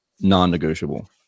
non-negotiable